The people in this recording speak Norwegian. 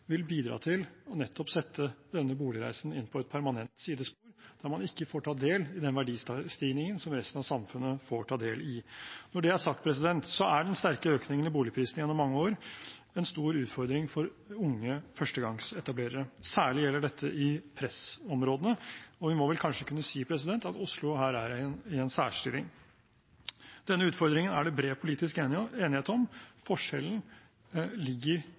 vil bidra til nettopp å sette denne boligreisen inn på et permanent sidespor, der man ikke får ta del i den verdistigningen som resten av samfunnet får ta del i. Når det er sagt, er den sterke økningen i boligprisene gjennom mange år en stor utfordring for unge førstegangsetablerere. Særlig gjelder dette i pressområdene, og vi må vel kanskje kunne si at Oslo her er i en særstilling. Denne utfordringen er det bred politisk enighet om. Forskjellen ligger